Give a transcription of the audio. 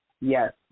yes